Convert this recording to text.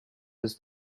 his